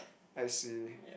I see